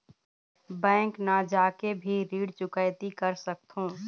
Bank न जाके भी ऋण चुकैती कर सकथों?